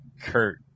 Kurt